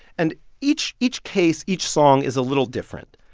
and each each case, each song is a little different.